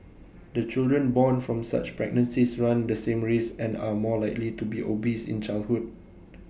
the children born from such pregnancies run the same risk and are more likely to be obese in childhood